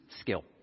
skill